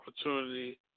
opportunity